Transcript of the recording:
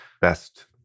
best